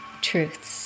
truths